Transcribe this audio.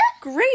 Great